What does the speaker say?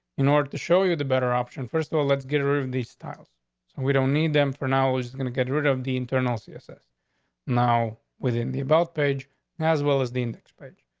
in order to show you the better option. first of all, let's get rid of these styles we don't need them for now is gonna get rid of the internal css now within the about page as well as the index bridge.